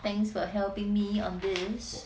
thanks for helping me on this